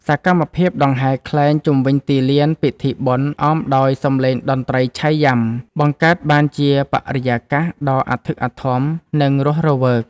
សកម្មភាពដង្ហែខ្លែងជុំវិញទីលានពិធីបុណ្យ អមដោយសម្លេងតន្ត្រីឆៃយាំ បង្កើតបានជាបរិយាកាសដ៏អធិកអធម និងរស់រវើក។